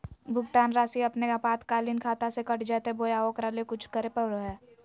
भुक्तान रासि अपने आपातकालीन खाता से कट जैतैय बोया ओकरा ले कुछ करे परो है?